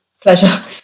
pleasure